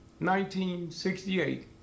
1968